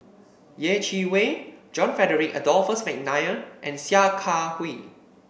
Yeh Chi Wei John Frederick Adolphus McNair and Sia Kah Hui